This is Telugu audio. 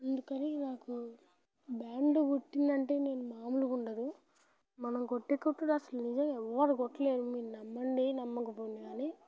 అందుకని నాకు బ్యాండ్ కొట్టింనంటే నేను మామూలుగా ఉండదు మనం కొట్టే కొట్టుడు అసలు నిజంగా ఎవరు కొట్టలేరు మీరు నమ్మండి నమ్మకపోండి కానీ